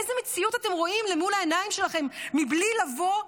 איזו מציאות אתם רואים מול העיניים שלכם בלי לבוא,